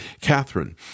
Catherine